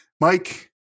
Mike